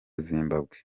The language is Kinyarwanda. zimbabwe